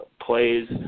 plays